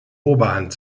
oberhand